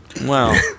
Wow